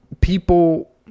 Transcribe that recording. People